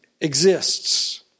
exists